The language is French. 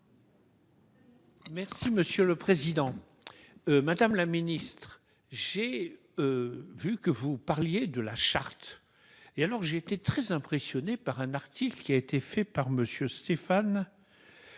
Merci, monsieur le Président. Madame la Ministre j'ai. Vu que vous parliez de la charte et alors j'ai été très impressionné par un article qui a été fait par monsieur Stéphane.